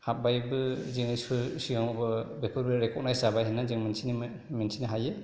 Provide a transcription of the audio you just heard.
हाबबायबो जोङो सिगाङावबो बेफोर रेक'गनाइस जों मोन्थिनो हायो